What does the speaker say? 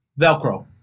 Velcro